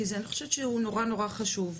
כי אני חושבת שהוא נורא נורא חשוב.